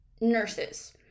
nurses